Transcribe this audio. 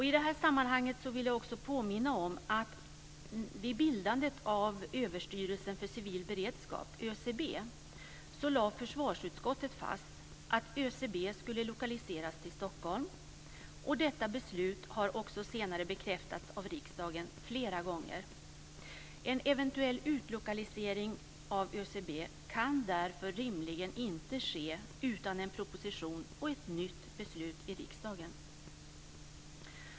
I detta sammanhang vill jag också påminna om att vid bildandet av Överstyrelsen för civil beredskap, ÖCB, lade försvarsutskottet fast att ÖCB skulle lokaliseras till Stockholm. Detta beslut har också senare bekräftats av riksdagen flera gånger. En eventuell utlokalisering av ÖCB kan därför rimligen inte ske utan en proposition och ett nytt beslut i riksdagen.